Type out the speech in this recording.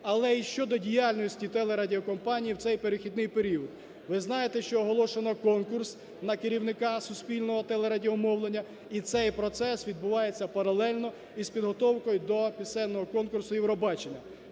Але і щодо діяльності телерадіокомпанії в цей перехідний період. Ви знаєте, що оголошено конкурс на керівника суспільного телерадіомовлення, і цей процес відбувається паралельно із підготовкою до пісенного конкурсу Євробачення.